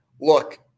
look